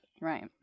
Right